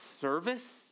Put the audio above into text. service